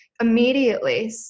immediately